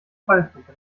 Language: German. ballpumpe